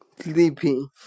sleeping